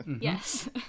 Yes